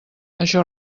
això